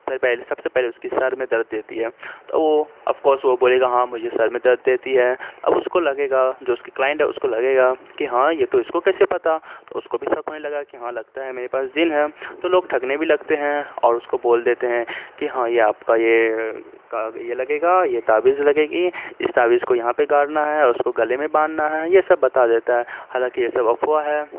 پھر پہلے سب سے پہلے اس کی سر میں درد دیتی ہے تو وہ اف کورس وہ بولے گا ہاں مجھے سر میں درد دیتی ہے تو اب اس کو لگے گا جو اس کی کلائنٹ ہے اس کو لگے گا کہ ہاں یہ تو اس کو کیسے پتا تو اس کو بھی شک ہونے لگا کہ ہاں لگتا ہے میرے پاس جن ہے تو لوگ ٹھگنے بھی لگتے ہیں اور اس کو بول دیتے ہیں کہ ہاں یہ آپ کا یہ یہ لگے گا یہ تعویذ لگے گی اس تعویذ کو یہاں پہ گاڑنا ہے اور اس کو گلے میں باندھنا ہیں یہ سب بتا دیتا ہے حالانکہ یہ سب افواہ ہے